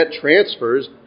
transfers